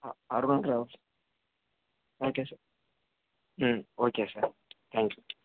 ஆ okay sir ம் okay sir thank you